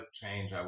change